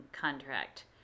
contract